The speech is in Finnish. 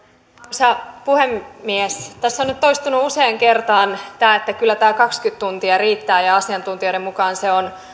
arvoisa puhemies tässä on nyt toistunut useaan kertaan että kyllä tämä kaksikymmentä tuntia riittää ja asiantuntijoiden mukaan se on